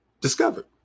discovered